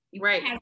right